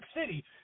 City